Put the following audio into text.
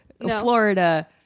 florida